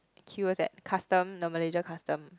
queues at custom the Malaysia custom